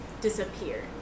disappear